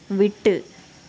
விட்டு